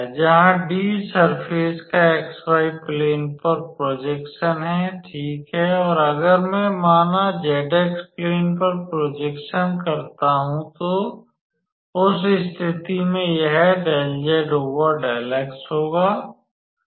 जहां D surface का xy plane पर प्रॉजेक्शन है ठीक है और अगर मैं माना zx प्लेन पर प्रॉजेक्शन करता हूं तो तो उस स्थिति में यह 𝜕𝑧𝜕𝑥 होगा